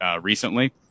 recently